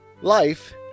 life